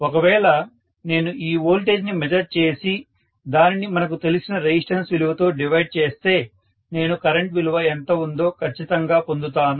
ఒకవేళ నేను ఈ వోల్టేజ్ ని మెజర్ చేసి దానిని మనకు తెలిసిన రెసిస్టెన్స్ విలువతో డివైడ్ చేస్తే నేను కరెంటు విలువ ఎంత ఉందో ఖచ్చితంగా పొందుతాను